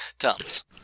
Tums